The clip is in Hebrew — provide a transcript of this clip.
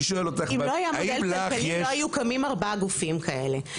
אם לא היה מודל כלכלי לא היו קמים ארבעה גופים כאלה.